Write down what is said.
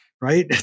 right